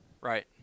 Right